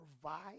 provide